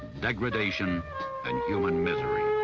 degradation and human misery.